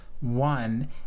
one